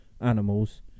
animals